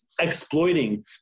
exploiting